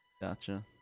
Gotcha